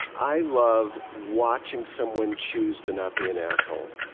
i love watching someone choose to not be an asshole.